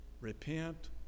repent